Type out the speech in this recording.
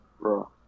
Bro